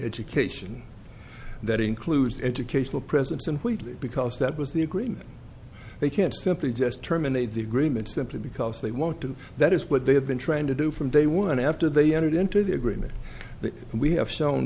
education that includes educational present simply because that was the agreement they can't simply just terminate the agreement simply because they want to that is what they have been trying to do from day one after they entered into the agreement that we have shown